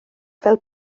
fel